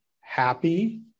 happy